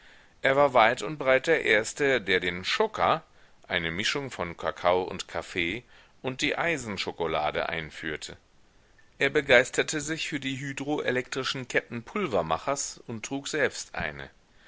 er war weit und breit der erste der den schoka eine mischung von kakao und kaffee und die eisenschokolade einführte er begeisterte sich für die hydro elektrischen ketten pulvermachers und trug selbst eine